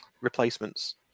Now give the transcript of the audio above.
replacements